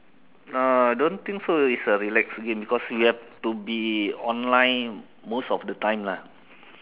uh don't think so is a relaxing game because you have to be online most of the time lah